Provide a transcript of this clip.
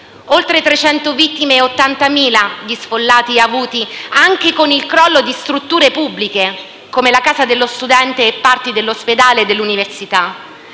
trecento vittime e ottantamila sfollati avuti anche con il crollo di strutture pubbliche, come la casa dello studente e parti dell'ospedale e dell'università.